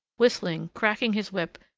whistling, cracking his whip,